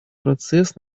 процесс